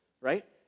right